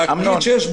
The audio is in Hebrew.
להגיד שיש בעיה?